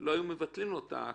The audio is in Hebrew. לא היו מבטלים לו את ההכרה.